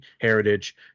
heritage